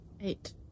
Eight